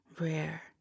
rare